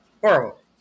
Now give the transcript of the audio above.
Horrible